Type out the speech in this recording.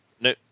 no